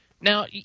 Now